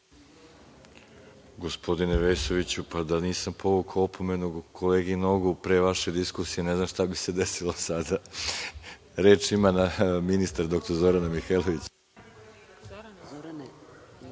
Gospodine Vesoviću, pa da nisam povukao opomenu kolegi Nogu pre vaše diskusije ne znam šta bi se desilo sada. Reč ima ministar dr Zorana Mihajlović.